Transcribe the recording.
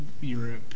europe